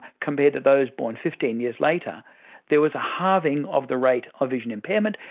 compared to those born fifteen years later there was a halving of the rate of vision impairment,